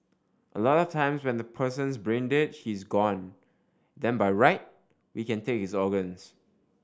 a lot of times when the person's brain dead he's gone then by right we can take his organs